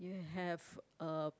you have a